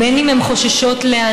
בין אם הן חוששות להיאנס,